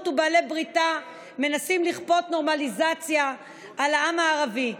ובעלי בריתה מנסים לכפות נורמליזציה על העם הערבי.